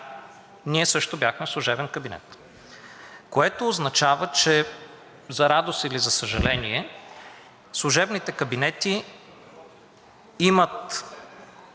ние също бяхме служебен кабинет, което означава, че за радост или за съжаление, служебните кабинети имат